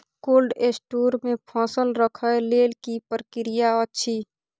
Cold store मे फसल रखय लेल की प्रक्रिया अछि?